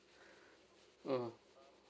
mm